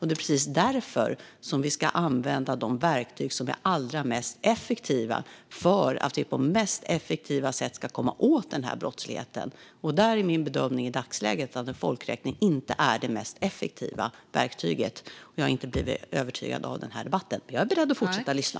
Det är precis därför vi ska använda de verktyg som är allra mest effektiva för att på mest effektiva sätt komma åt brottsligheten. Där är min bedömning i dagsläget att en folkräkning inte är det mest effektiva verktyget. Jag har inte blivit övertygad av den här debatten, men jag är beredd att fortsätta lyssna.